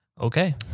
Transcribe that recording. Okay